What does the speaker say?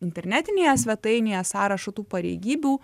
internetinėje svetainėje sąrašą tų pareigybių